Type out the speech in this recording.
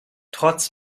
trotz